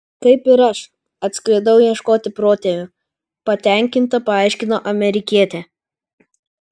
kaip ir aš atskridau ieškoti protėvių patenkinta paaiškino amerikietė